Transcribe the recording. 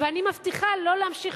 ואני מבטיחה לא להמשיך